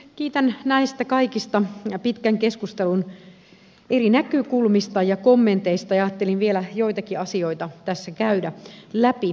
kiitän näistä kaikista pitkän keskustelun eri näkökulmista ja kommenteista ja ajattelin vielä joitakin asioita tässä käydä läpi